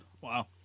Wow